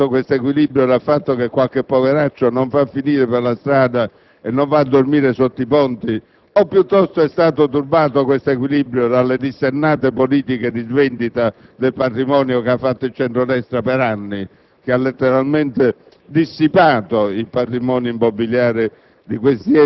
in particolare di quelli previdenziali. Si può mai pensare che tale equilibrio sia turbato dal fatto che qualche poveraccio non va a finire per strada e non va a dormire sotto i ponti, o piuttosto tale equilibrio è stato turbato dalle dissennate politiche di svendita del patrimonio che ha fatto il centro-destra per anni,